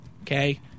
Okay